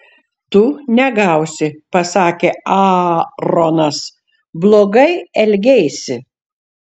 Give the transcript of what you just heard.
tu negausi pasakė aaronas blogai elgeisi